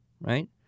right